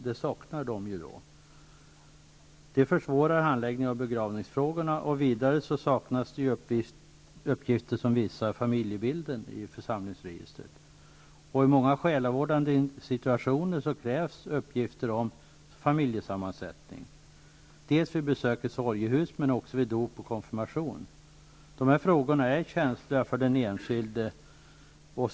Det försvårar handläggningen av begravningsfrågor. I församlingsregistret saknas också uppgifter som visar familjebilden. I många själavårdande situationer krävs uppgifter om familjesammansättning. Det gäller vid besök i sorgehus men också vid dop och konfirmation. Dessa frågor är känsliga för den enskilde.